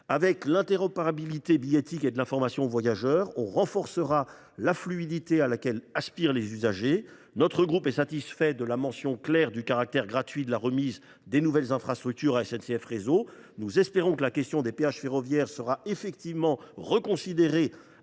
à l’interopérabilité billettique, et à condition de diffuser l’information auprès des voyageurs, l’on renforcera la fluidité à laquelle aspirent les usagers. Notre groupe est satisfait de la mention claire du caractère « gratuit » de la remise des nouvelles infrastructures à SNCF Réseau. Nous espérons que la question des péages ferroviaires sera effectivement reconsidérée,